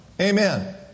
Amen